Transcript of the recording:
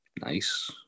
Nice